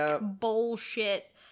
bullshit